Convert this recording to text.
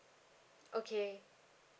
okay